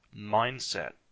mindset